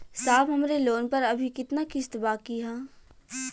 साहब हमरे लोन पर अभी कितना किस्त बाकी ह?